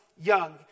young